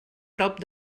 prop